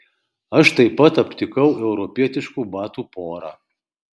aš taip pat aptikau europietiškų batų porą